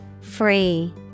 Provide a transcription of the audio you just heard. Free